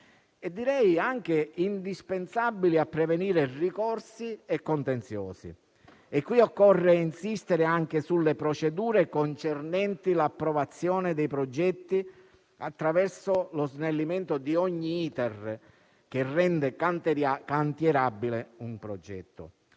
e direi anche indispensabili per prevenire ricorsi e contenziosi. E qui occorre insistere anche sulle procedure concernenti l'approvazione dei progetti attraverso lo snellimento di ogni *iter* che rende cantierabile un progetto: